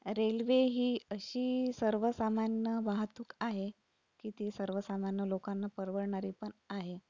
railway ही अशी सर्वसामान्य वाहतूक आहे की ती सर्वसामान्य लोकांना परवडणारी पण आहे